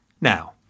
Now